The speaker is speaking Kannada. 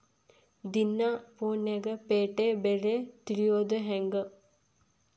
ದಿನಾ ಫೋನ್ಯಾಗ್ ಪೇಟೆ ಬೆಲೆ ತಿಳಿಯೋದ್ ಹೆಂಗ್?